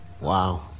Wow